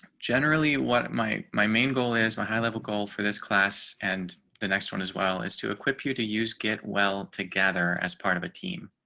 generally what my, my main goal is my high level goal for this class, and the next one, as well as to equip you to use get well together as part of a team.